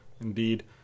Indeed